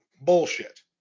Bullshit